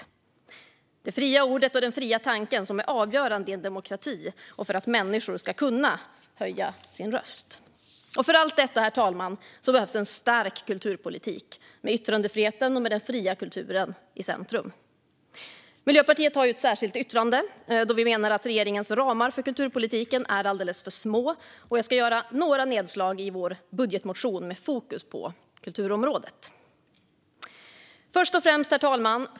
Jag tänker också på det fria ordet och den fria tanken, som är avgörande i en demokrati och för att människor ska kunna höja sin röst. För allt detta, herr talman, behövs det en stark kulturpolitik med yttrandefriheten och den fria kulturen i centrum. Miljöpartiet har ett särskilt yttrande, då vi menar att regeringens ramar för kulturpolitiken är alldeles för små. Jag ska göra några nedslag i vår budgetmotion med fokus på kulturområdet. Herr talman!